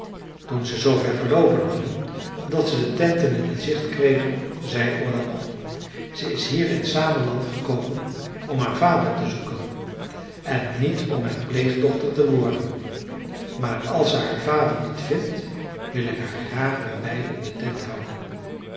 toen ze zoover geloopen hadden dat ze de tenten in t zicht kregen zei ola nog ze is hier in sameland gekomen om haar vader te zoeken en niet om mijn pleegdochter te worden maar als ze haar vader niet vindt wil ik haar graag bij mij in de tent houden